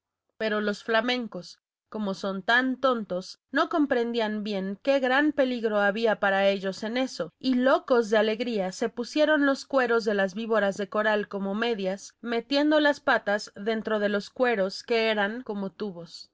pero los flamencos como son tan tontos no comprendían bien qué gran peligro había para ellos en eso y locos de alegría se pusieron los cueros de las víboras como medias metiendo las patas dentro de los cueros que eran como tubos